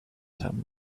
some